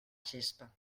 gespa